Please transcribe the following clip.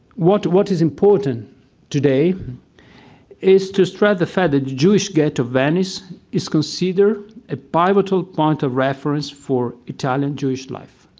what what is important today is to stress the fact that the jewish ghetto venice is considered a pivotal point of reference for italian jewish life.